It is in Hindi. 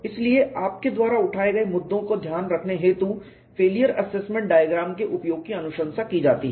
इसलिए आपके द्वारा उठाए गए मुद्दों का ध्यान रखने के हेतु फेलियर असेसमेंट डायग्राम के उपयोग की अनुशंसा की जाती है